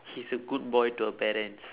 he's a good boy to her parents